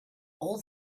all